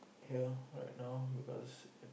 here right now because